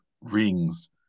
rings